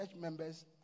members